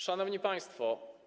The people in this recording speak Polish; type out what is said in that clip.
Szanowni Państwo!